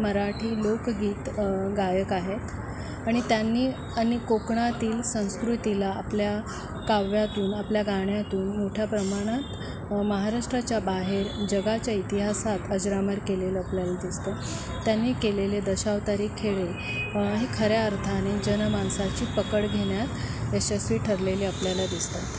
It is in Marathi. मराठी लोकगीत गायक आहेत आणि त्यांनी आन कोकणातील संस्कृतीला आपल्या काव्यातून आपल्या गाण्याततून मोठ्या प्रमाणात महाराष्ट्राच्या बाहेर जगाच्या इतिहासात अजरामार केलेलं आपल्याला दिसतं त्यांनी केलेले दशवतारी खेळ हे खऱ्या अर्थाने जन मानसाची पकड घेण्यात यशस्वी ठरलेली आपल्याला दिसतात